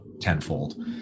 tenfold